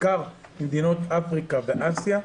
בעיקר ממדינות אפריקה ואסיה.